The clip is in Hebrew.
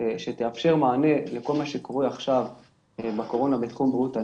שתאפשר מענה לכל מה שקורה עכשיו בקורונה בתחום בריאות הנפש,